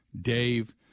Dave